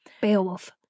Beowulf